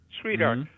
sweetheart